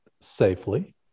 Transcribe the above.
safely